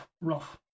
rough